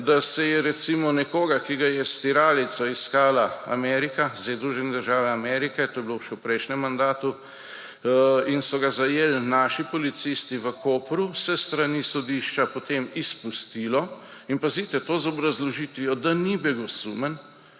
Da se je, recimo, nekoga, ki so ga s tiralico iskale Združene države Amerike, to je bilo še v prejšnjem mandatu, in so ga zajeli naši policisti v Kopru, s strani sodišča potem izpustilo, in pazite to, z obrazložitvijo, da ni begosumen,